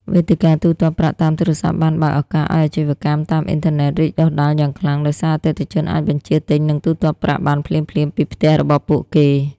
វេទិកាទូទាត់ប្រាក់តាមទូរស័ព្ទបានបើកឱកាសឱ្យអាជីវកម្មតាមអ៊ីនធឺណិតរីកដុះដាលយ៉ាងខ្លាំង ដោយសារអតិថិជនអាចបញ្ជាទិញ និងទូទាត់ប្រាក់បានភ្លាមៗពីផ្ទះរបស់ពួកគេ។